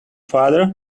father